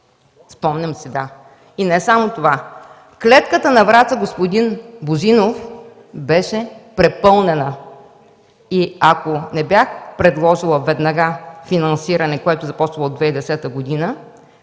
Спомням си, да! И не само това! Клетката на Враца, господин Божинов, беше препълнена и ако не бях предложила веднага финансиране, което започна от 2010 г.,